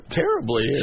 terribly